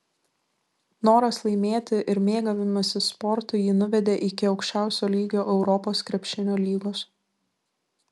noras laimėti ir mėgavimasis sportu jį nuvedė iki aukščiausio lygio europos krepšinio lygos